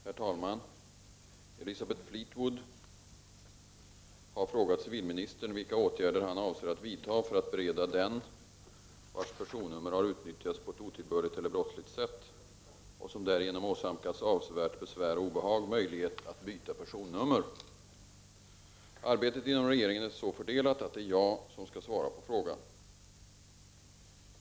Herr talman! Elisabeth Fleetwood har frågat civilministern vilka åtgärder han avser att vidta för att bereda den vars personnummer har utnyttjats på ett otillbörligt eller brottsligt sätt och som därigenom åsamkats avsevärt besvär och obehag möjlighet att byta personnummer. Arbetet inom regeringen är så fördelat att det är jag som skall svara på frågan.